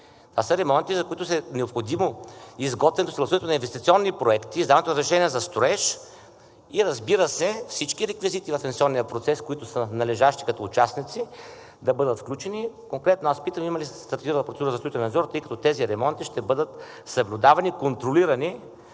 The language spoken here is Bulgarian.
това са ремонти, за които е необходимо изготвянето и съгласуването на инвестиционни проекти, издаването на решения за строеж. И разбира се, всички реквизити в инвестиционния процес, които са належащи като участници, да бъдат включени. Конкретно аз питам: има ли стартирала процедура за строителния надзор, тъй като тези ремонти ще бъдат съблюдавани, контролирани